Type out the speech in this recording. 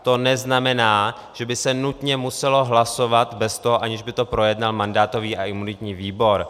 To neznamená, že by se nutně muselo hlasovat, aniž by to projednal mandátový a imunitní výbor.